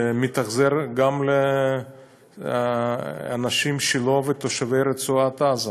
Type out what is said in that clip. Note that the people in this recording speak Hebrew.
שמתאכזר גם לאנשים שלו ולתושבי רצועת עזה.